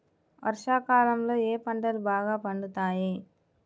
వర్షాకాలంలో ఏ పంటలు బాగా పండుతాయి?